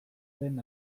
den